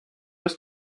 ist